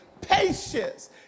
patience